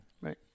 Right